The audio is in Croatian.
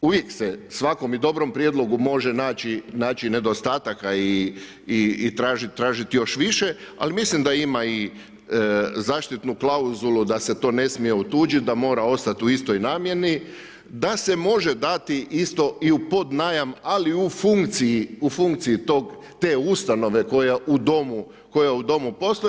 Uvijek se u svakom i dobrom prijedlogu može naći nedostataka i tražiti još više, ali mislim da ima i zaštitnu klauzulu da se to ne smije otuđit, da mora ostati u istoj namjeni, da se može dati isto i u podnajam ali u funkciji te ustanove koja u domu postoji.